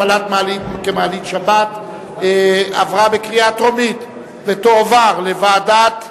הפעלת מעלית כמעלית שבת בבניין שבו מעלית אחת),